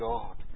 God